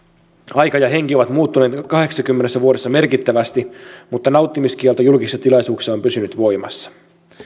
aika ja henki ovat muuttuneet kahdeksassakymmenessä vuodessa merkittävästi mutta nauttimiskielto julkisissa tilaisuuksissa on pysynyt voimassa